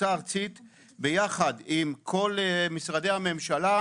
ארצית ביחד עם כל משרדי הממשלה,